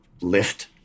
lift